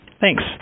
Thanks